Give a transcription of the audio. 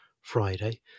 friday